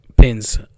...pins